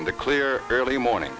and the clear early morning